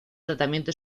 tratamiento